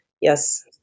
yes